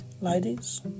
ladies